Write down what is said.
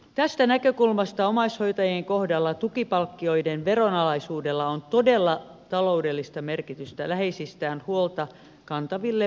tästä näkökulmasta omaishoitajien kohdalla tukipalkkioiden veronalaisuudella on todella taloudellista merkitystä läheisistään huolta kantaville mallikansalaisillemme